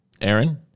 Aaron